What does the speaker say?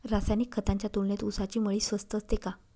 रासायनिक खतांच्या तुलनेत ऊसाची मळी स्वस्त असते का?